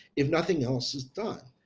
if nothing else is done.